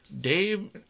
Dave